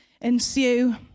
ensue